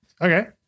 Okay